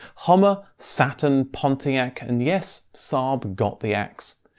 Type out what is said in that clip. hummer, saturn, pontiac, and yes, saab got the axe.